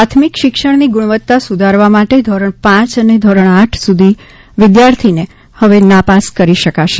પ્રાથમિક શિક્ષણની ગુણવત્તા સુધારવા માટે ધોરણ પાંચ અને ધોરણ આઠ સુધી વિદ્યાર્થીને હવે નાપાસ કરી શકાશે